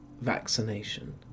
vaccination